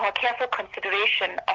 ah careful consideration of